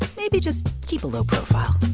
maybe just keep a low profile